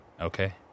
Okay